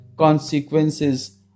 consequences